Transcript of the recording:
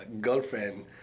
girlfriend